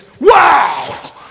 Wow